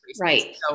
Right